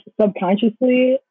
subconsciously